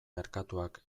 merkatuak